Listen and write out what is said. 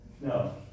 No